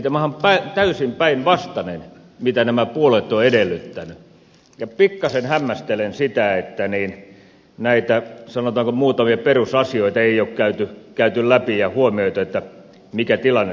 tämähän on täysin päinvastainen kehitys verrattuna siihen mitä nämä puolueet ovat edellyttäneet ja pikkasen hämmästelen sitä että näitä sanotaanko muutamia perusasioita ei ole käyty läpi ja huomioitu mikä tilanne siellä on